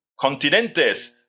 continentes